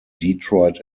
detroit